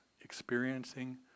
experiencing